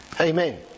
Amen